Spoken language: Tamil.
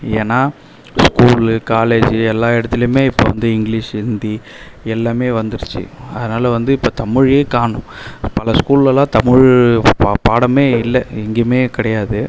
ஏன்னா ஸ்கூலு காலேஜு எல்லா இடத்துலியுமே இப்போ வந்து இங்கிலீஷ் ஹிந்தி எல்லாமே வந்துருச்சு அதனால வந்து இப்போ தமிழே காணும் பல ஸ்கூல்லலாம் தமிழ் பா பாடமே இல்லை எங்கேயுமே கிடையாது